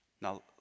Now